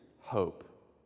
hope